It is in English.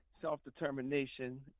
self-determination